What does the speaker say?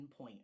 endpoint